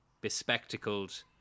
bespectacled